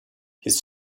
his